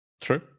True